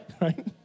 right